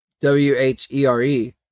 W-H-E-R-E